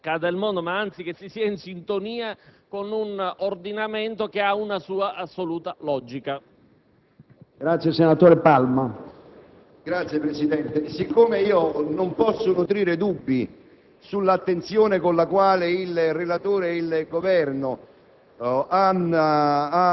divieto. Mi pare sia in sintonia con l'impianto complessivo di un ordinamento che vede la necessità di separazione geografica, non solo a livello di circondario, ma anche a livello di distretto, tra coloro che possono giudicare un altro collega,